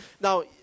Now